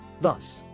thus